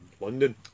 London